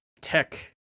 tech